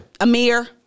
Amir